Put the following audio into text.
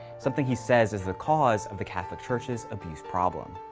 something he says is the cause of the catholic church's abuse problem.